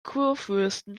kurfürsten